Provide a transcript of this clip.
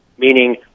Meaning